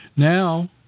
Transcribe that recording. Now